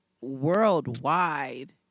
worldwide